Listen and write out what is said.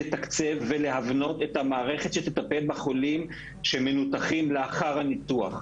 לתקצב ולהבנות את המערכת שתטפל בחולים שמנותחים לאחר הניתוח.